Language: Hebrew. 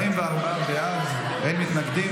44 בעד, אין מתנגדים.